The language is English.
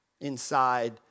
inside